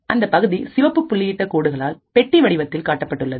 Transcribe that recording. அந்த பகுதி சிவப்பு புள்ளியிட்ட கோடுகளால் பெட்டி வடிவத்தில் காட்டப்பட்டுள்ளது